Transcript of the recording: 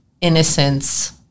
innocence